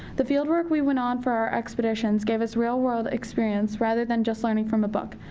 the field work we went on for our expeditions gave us real-world experience rather than just learning from a book.